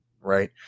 Right